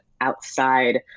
outside